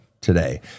today